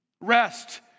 Rest